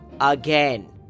Again